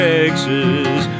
Texas